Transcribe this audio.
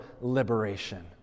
liberation